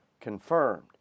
confirmed